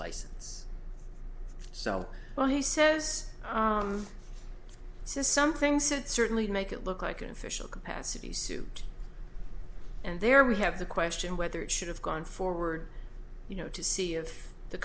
license so well he says says something said certainly make it look like an official capacity suit and there we have the question whether it should have gone forward you know to see of the